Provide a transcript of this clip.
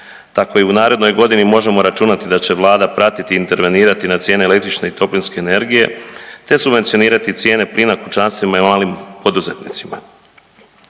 tako i u narednoj godini možemo računati da će Vlada pratiti i intervenirati na cijene električne i toplinske energije, te subvencionirati cijene plina kućanstvima i malim poduzetnicima.